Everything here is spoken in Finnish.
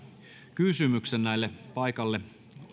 kysymyksen paikalle